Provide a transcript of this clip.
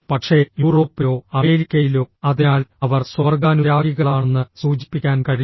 പക്ഷേ യൂറോപ്പിലോ അമേരിക്കയിലോ അതിനാൽ അവർ സ്വവർഗ്ഗാനുരാഗികളാണെന്ന് സൂചിപ്പിക്കാൻ കഴിയും